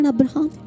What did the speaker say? Abraham